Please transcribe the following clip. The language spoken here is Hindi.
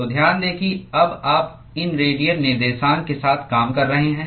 तो ध्यान दें कि अब आप इन रेडियल निर्देशांक के साथ काम कर रहे हैं